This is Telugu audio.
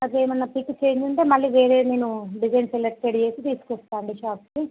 అది ఏమైన పిక్ చేంజ్ ఉంటే మళ్ళీ వేరే నేను డిజైన్ సెలెక్ట్టెడ్ చేసి తీసుకొస్తాను అండి షాపుకు